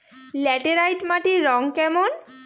Laterite মাটির রং কেমন?